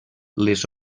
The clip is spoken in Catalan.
les